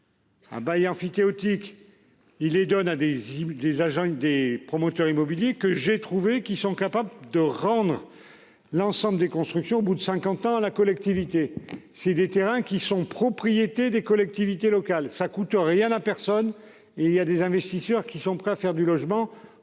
Un bail emphytéotique. Il les donne à des cibles des agents des promoteurs immobiliers, que j'ai trouvé qu'ils sont capables de rendre. L'ensemble des constructions au bout de 50 ans, la collectivité si des terrains qui sont propriété des collectivités locales, ça coûte rien à personne. Il y a des investisseurs qui sont prêts à faire du logement